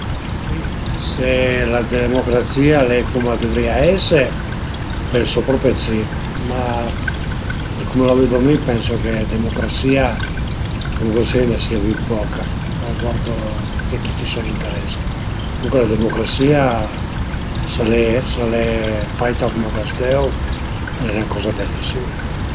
Si se la democrazia al e cum a dëvrìa ese pensu propi d'si, ma për cume la vedu mi pensu che demucrasìa demucrasìa a i ën sia bin poca, a guardu tüti soi interesi, comuncue la demucrasìa s'al e s'al e faita cum ch'a s'deu al e 'na coza bellissima